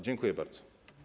Dziękuję bardzo.